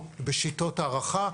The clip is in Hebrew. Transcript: בשיטות הערכה.